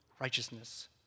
righteousness